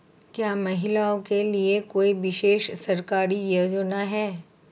क्या महिलाओं के लिए कोई विशेष सरकारी योजना है?